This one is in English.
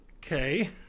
Okay